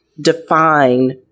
define